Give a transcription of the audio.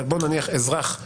אבל בואו נניח אזרח --- נכון,